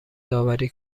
داوری